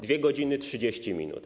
2 godziny 30 minut.